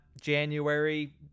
January